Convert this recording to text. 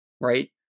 Right